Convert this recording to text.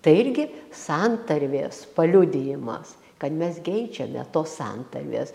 tai irgi santarvės paliudijimas kad mes geidžiame tos santarvės